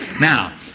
Now